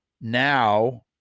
Now